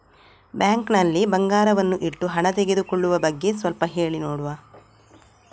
Bank ನಲ್ಲಿ ಬಂಗಾರವನ್ನು ಇಟ್ಟು ಹಣ ತೆಗೆದುಕೊಳ್ಳುವ ಬಗ್ಗೆ ಸ್ವಲ್ಪ ಹೇಳಿ ನೋಡುವ?